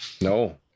No